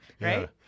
right